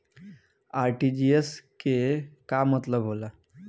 RTGS के का मतलब होला?